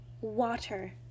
water